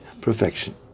perfection